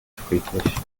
friedlich